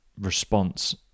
response